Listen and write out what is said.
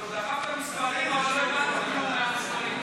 אני מתכבד להזמין את חבר הכנסת קרויזר,